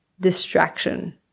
distraction